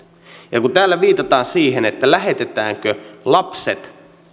ja kun täällä viitataan siihen lähetetäänkö lapset